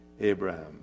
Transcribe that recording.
Abraham